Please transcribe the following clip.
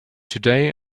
today